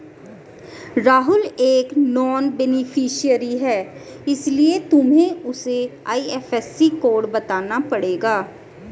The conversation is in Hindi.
राहुल एक नॉन बेनिफिशियरी है इसीलिए तुम्हें उसे आई.एफ.एस.सी कोड बताना पड़ेगा